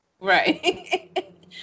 Right